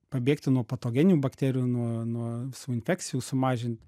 pabėgti nuo patogenių bakterijų nuo nuo visų infekcijų sumažint